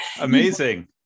amazing